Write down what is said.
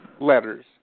letters